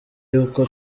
y’uko